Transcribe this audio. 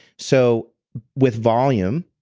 so with volume,